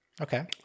Okay